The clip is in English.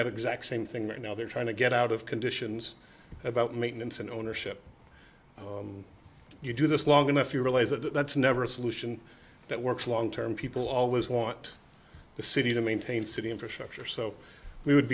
that exact same thing right now they're trying to get out of conditions about maintenance and ownership you do this long enough you realise that that's never a solution that works long term people always want the city to maintain city infrastructure so we would